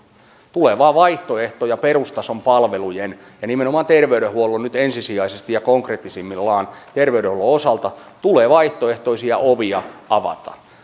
tulee vain vaihtoehtoja perustason palveluihin ja nimenomaan nyt ensisijaisesti ja konkreettisimmillaan terveydenhuollon osalta tulee vaihtoehtoisia ovia avata